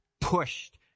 pushed